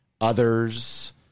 others